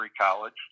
College